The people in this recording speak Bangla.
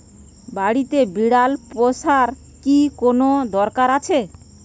বাড়িতে বিড়াল পোষার কি কোন দরকার আছে?